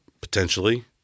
potentially